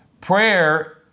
Prayer